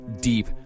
deep